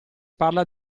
parla